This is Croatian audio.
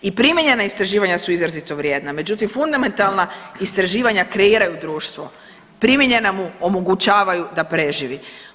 I primijenjena istraživanja su izrazito vrijedna, međutim fundamentalna istraživanja kreiraju društvo, primijenjena mu omogućavaju da preživi.